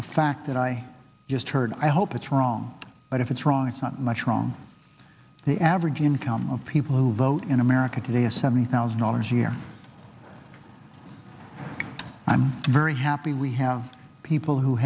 a fact that i just heard i hope it's wrong but if it's wrong it's not much wrong the average income of people who vote in america today is seventy thousand dollars a year i'm very happy we have people who